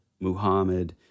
Muhammad